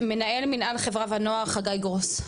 מנהל מינהל חברה ונוער, חגי גרוס.